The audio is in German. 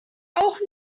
auch